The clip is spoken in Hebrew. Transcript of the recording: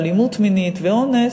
אלימות מינית ואונס,